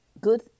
Good